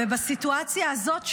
בסיטואציה הזאת,